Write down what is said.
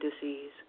disease